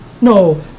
no